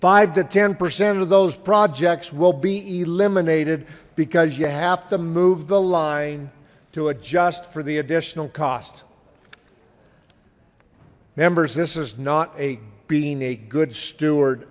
five to ten percent of those projects will be eliminated because you have to move the line to adjust for the additional cost members this is not a being a good steward